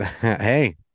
Hey